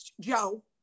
Joe